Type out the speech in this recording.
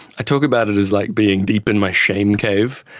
i talk about it as like being deep in my shame cave.